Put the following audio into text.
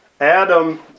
Adam